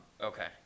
Okay